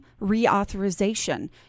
reauthorization